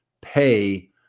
pay